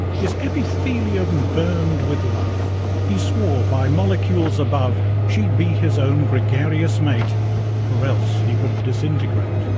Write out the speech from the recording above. his epithelium burned with love he swore by molecules above she'd be his own gregarious mate or else he would disintegrate.